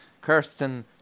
Kirsten